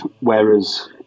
whereas